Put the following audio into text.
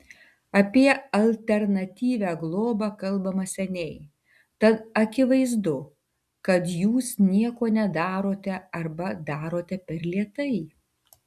apie alternatyvią globą kalbama seniai tad akivaizdu kad jūs nieko nedarote arba darote per lėtai